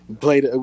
played